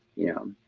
you know.